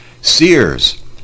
Sears